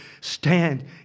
stand